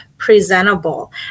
Presentable